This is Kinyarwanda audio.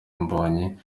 mbonyi